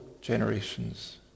generations